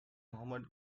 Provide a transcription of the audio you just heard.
mohammad